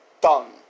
done